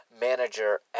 manager